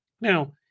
Now